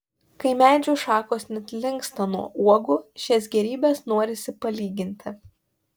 kai medžių šakos net linksta nuo uogų šias gėrybes norisi palyginti